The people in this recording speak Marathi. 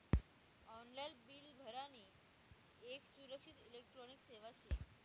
ऑनलाईन बिल भरानी येक सुरक्षित इलेक्ट्रॉनिक सेवा शे